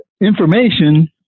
information